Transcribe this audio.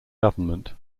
government